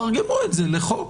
תרגמו את זה לחוק,